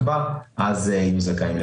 אז הם יהיו זכאים לפיצוי.